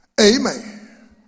Amen